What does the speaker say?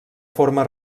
forma